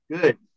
Good